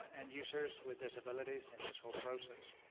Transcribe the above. and users with disabilities in this whole process.